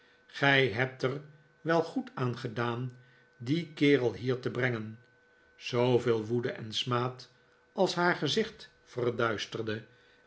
gij hebt er wel goed aan gedaan dien kerel bier te brengen zooveel woede en smaad als haar gezicht verduisterde